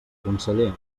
conseller